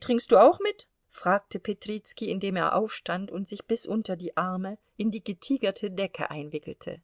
trinkst du auch mit fragte petrizki indem er aufstand und sich bis unter die arme in die getigerte decke einwickelte